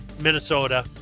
Minnesota